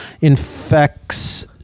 Infects